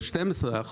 או 12 אחוז,